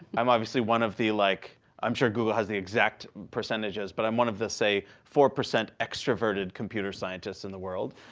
i'm obviously one of the, like i'm sure google has the exact percentages, but i'm one of the, say, four percent extroverted computer scientists in the world.